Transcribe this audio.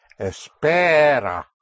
Espera